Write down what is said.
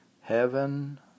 heaven